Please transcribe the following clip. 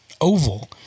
oval